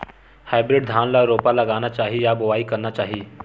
Hybrid धान ल रोपा लगाना चाही या बोआई करना चाही?